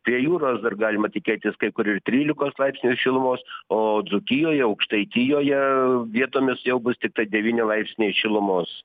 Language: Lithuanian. prie jūros dar galima tikėtis kai kur ir trylikos laipsnių šilumos o dzūkijoj aukštaitijoje vietomis jau bus tiktai devyni laipsniai šilumos